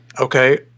okay